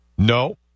No